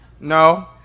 no